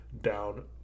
down